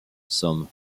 some